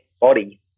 body